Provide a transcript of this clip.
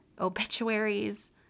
obituaries